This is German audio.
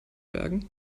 bergen